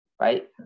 right